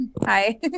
Hi